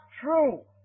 true